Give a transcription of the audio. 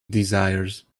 desires